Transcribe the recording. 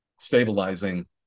stabilizing